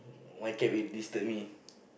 my cat will disturb me